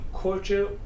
culture